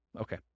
Okay